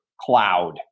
cloud